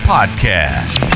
Podcast